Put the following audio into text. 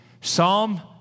Psalm